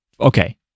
okay